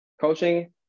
coaching